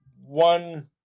one